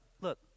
look